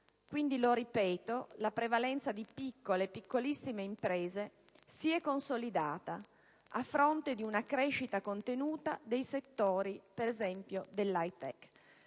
Quindi, lo ripeto, la prevalenza di piccole e piccolissime imprese si è consolidata a fronte di una crescita contenuta, per esempio, dei